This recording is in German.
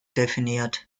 definiert